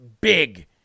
big